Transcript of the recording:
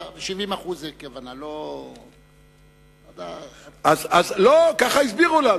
הכוונה זה 70%. ככה הסבירו לנו.